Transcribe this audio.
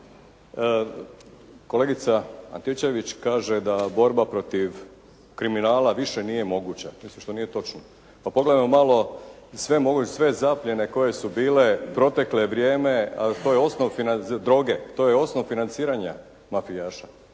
kolegica Antičević kaže da borba protiv kriminala više nije moguća. Mislim što nije točno. Pa pogledajmo malo sve zaplijene koje su bile, protekle vrijeme, a to je osnov, droge, to je osnov financiranja mafijaša.